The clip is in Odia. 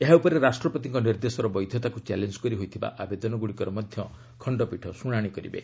ଏହା ଉପରେ ରାଷ୍ଟ୍ରପତିଙ୍କ ନିର୍ଦ୍ଦେଶର ବୈଧତାକୁ ଚ୍ୟାଲେଞ୍ଜ କରି ହୋଇଥିବା ଆବେଦନଗୁଡ଼ିକର ମଧ୍ୟ ଖଣ୍ଡପୀଠ ଶୁଣାଣି କରିବେ